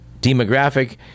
demographic